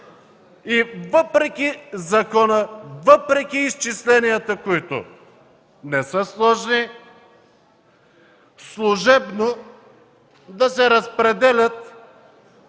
въпреки закона, въпреки изчисленията, които не са сложни, служебно да се разпределят